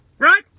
right